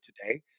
today